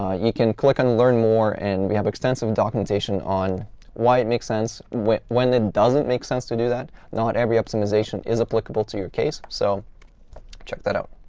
ah you can click on learn more, and we have extensive documentation on why it makes sense, when when it doesn't make sense to do that. not every optimization is applicable to your case. so check that out.